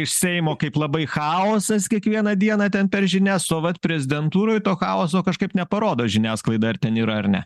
iš seimo kaip labai chaosas kiekvieną dieną ten per žinias o vat prezidentūroj to chaoso kažkaip neparodo žiniasklaida ar ten yra ar ne